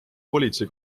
politsei